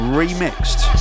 remixed